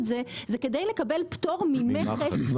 כדי לקבל פטור ממכס.